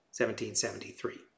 1773